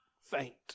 faint